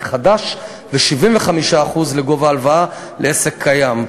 חדש ול-75% מגובה הלוואה לעסק קיים.